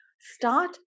start